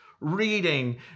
reading